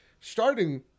Starting